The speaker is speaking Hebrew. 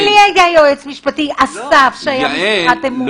גם לי היה יועץ משפטי, אסף, שהיה משרת אמון.